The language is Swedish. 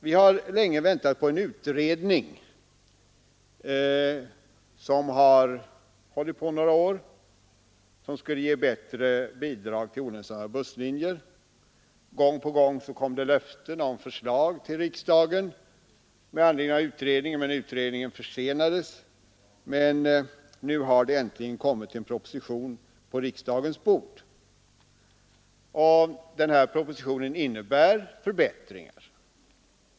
Vi har länge väntat på resultatet av en utredning som skulle försöka åstadkomma bättre bidrag till olönsamma busslinjer. Gång på gång gavs löften om förslag till riksdagen med anledning av utredningen, men utredningen försenades. Nu har det emellertid äntligen lagts en proposition på riksdagens bord. Denna proposition innebär förbättringar i förhållande till nuvarande regler.